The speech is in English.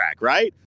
right